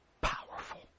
powerful